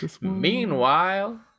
Meanwhile